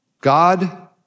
God